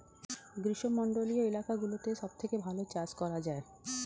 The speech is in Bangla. গ্রীষ্মমণ্ডলীয় এলাকাগুলোতে সবথেকে ভালো চাষ করা যায়